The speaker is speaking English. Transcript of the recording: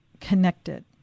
connected